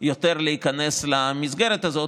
יותר להיכנס למסגרת הזאת,